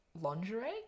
lingerie